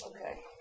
Okay